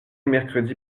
mercredi